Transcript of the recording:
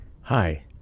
Hi